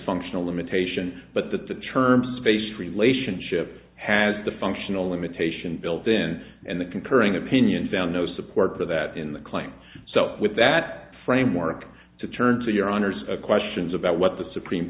functional limitation but that the term space relationship has the functional limitation built in and the concurring opinion found no support for that in the claims so with that framework to turn to your honor's questions about what the supreme